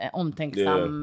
omtänksam